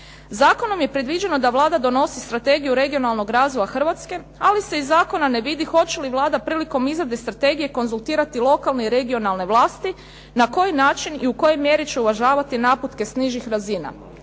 Zakonom je predviđeno da Vlada donosi strategiju regionalnog razvoja Hrvatske, ali se iz zakona ne vidi hoće li Vlada prilikom izrade strategije konzultirati lokalne i regionalne vlasti, na koji način i u kojoj mjeri će uvažavati naputke s nižih razina.